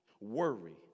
worry